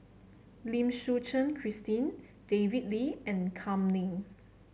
Lim Suchen Christine David Lee and Kam Ning